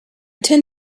tend